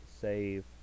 save